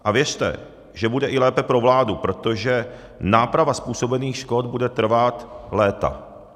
A věřte, že bude i lépe pro vládu, protože náprava způsobených škod bude trvat léta.